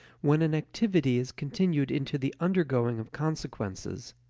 when an activity is continued into the undergoing of consequences,